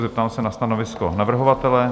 Zeptám se na stanovisko navrhovatele.